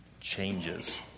changes